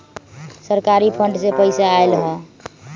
सरकारी फंड से पईसा आयल ह?